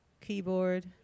keyboard